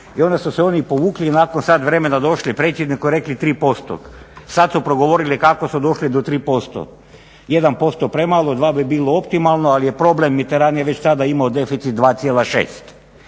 I onda su se oni povukli i nakon sat vremena došli predsjedniku i rekli 3%. Sad su progovorili kako su došli do 3%. 1% premalo, 2% bi bilo optimalno, ali je problem Mitterrand je već tada imao deficit 2,6%